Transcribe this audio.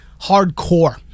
hardcore